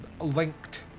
linked